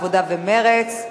העבודה ומרצ.